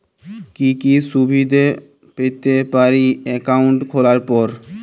কি কি সুবিধে পেতে পারি একাউন্ট খোলার পর?